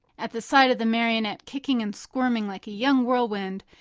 at the sight of the marionette kicking and squirming like a young whirlwind,